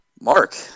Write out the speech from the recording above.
mark